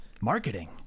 Marketing